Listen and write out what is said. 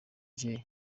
jay